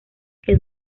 que